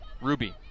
Ruby